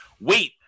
wait